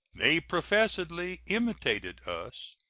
they professedly imitated us,